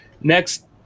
next